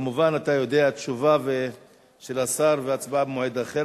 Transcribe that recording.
כמובן, אתה יודע, תשובה של השר והצבעה במועד אחר.